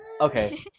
Okay